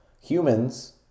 Humans